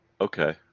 okay